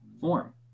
form